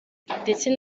ndetse